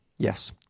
Yes